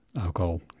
alcohol